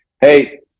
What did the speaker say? Hey